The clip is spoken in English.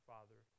Father